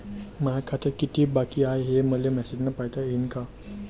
माया खात्यात कितीक बाकी हाय, हे मले मेसेजन पायता येईन का?